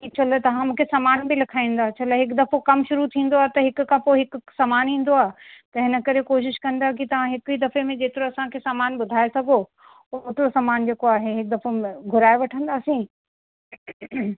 छो लाइ तव्हां मूंखे सामान बि लिखाईंदा छो लाइ हिकु दफ़ो कमु शुरू थींदो आहे त हिक खां पोइ हिक सामान ईंदो आहे त हिन करे कोशिश कंदा कि तव्हां हिक ई दफ़े में जेतिरो असांखे सामान ॿुधाए सघो ओतिरो सामान जेको आहे हिकु दफ़ो घुराए वठंदासीं